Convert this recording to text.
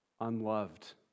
unloved